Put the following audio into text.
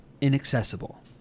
inaccessible